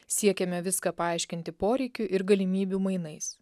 siekiame viską paaiškinti poreikių ir galimybių mainais